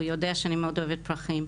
הוא יודע שאני מאוד אוהבת פרחים.